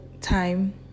time